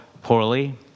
poorly